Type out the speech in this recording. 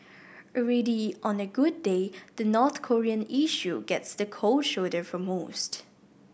already on a good day the North Korean issue gets the cold shoulder from most